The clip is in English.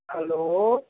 hello